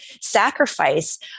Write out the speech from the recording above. sacrifice